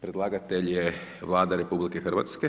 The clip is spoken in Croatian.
Predlagatelj je Vlada RH.